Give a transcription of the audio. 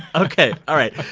ok. all right,